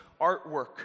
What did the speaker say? artwork